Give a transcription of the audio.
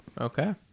Okay